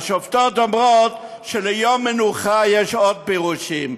השופטות אומרות שליום מנוחה יש עוד פירושים,